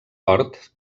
hort